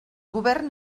govern